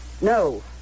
No